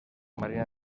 marina